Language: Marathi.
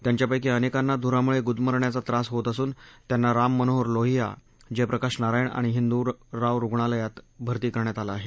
त्यांच्यापैकी अनेकांना धुरामुळे गुदमरण्याचा त्रास होत असून त्यांना राममनोहर लोहिया जयप्रकाश नारायण आणि हिंदूराव रुग्णालयात भर्ती करण्यात आलं आहे